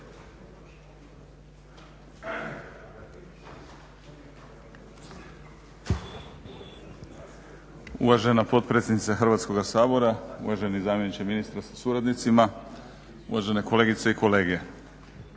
Uvažena potpredsjednice Hrvatskoga sabora, uvaženi zamjeniče ministra sa suradnicima, uvažene kolegice i kolege.